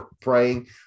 praying